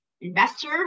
investor